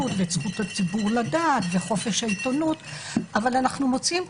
ואת זכות הציבור לדעת וחופש העיתונות אבל אנחנו מוצאים,